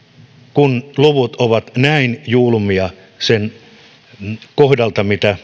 kun luvut ovat näin julmia sen kohdalta mitä